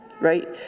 right